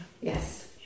yes